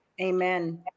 Amen